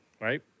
right